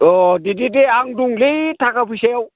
अ दे दे आं दंलै थाखा फैसायाव